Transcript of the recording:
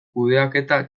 kudeaketa